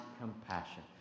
compassion